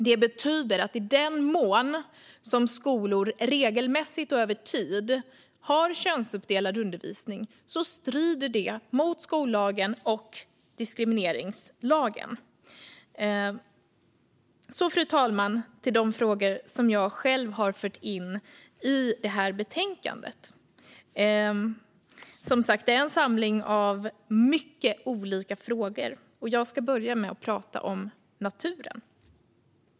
Det betyder att i den mån som skolor regelmässigt och över tid har könsuppdelad undervisning strider det mot skollagen och diskrimineringslagen. Fru talman! Jag går över till de frågor som jag själv har fört in i det här betänkandet. Det är som sagt en samling av många olika frågor, och jag ska börja med att prata om naturen.